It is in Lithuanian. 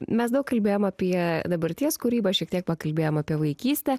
mes daug kalbėjom apie dabarties kūrybą šiek tiek pakalbėjom apie vaikystę